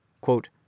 quote